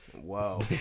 whoa